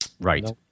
Right